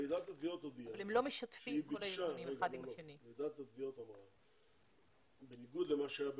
ועידת התביעות הודיעה שבניגוד למה שהיה בעבר,